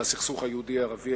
של הסכסוך היהודי-ערבי,